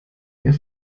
mir